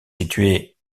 situé